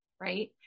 Right